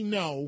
no